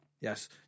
Yes